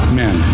men